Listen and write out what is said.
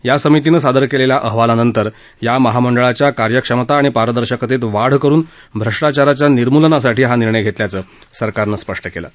या समितीनं सादर केलेल्या अहवालानंतर या महामंडळाच्या कार्यक्षमता आणि पारदर्शकतेत वाढ करुन भ्रष्टाचाराच्या निर्मूलनासाठी हा निर्णय घेतल्याचं सरकारनं स्पष्टं केलं आहे